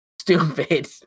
stupid